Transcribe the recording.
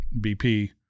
BP